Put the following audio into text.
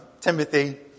Timothy